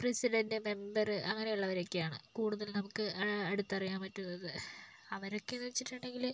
president member അങ്ങനെയുള്ളവരെയൊക്കെയാണ് കൂടുതൽ നമുക്ക് അടുത്തറിയാൻ പറ്റുന്നത് അവരൊക്കെയെന്ന് വെച്ചിട്ടുണ്ടെങ്കില്